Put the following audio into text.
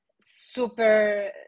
super